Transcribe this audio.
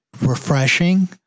refreshing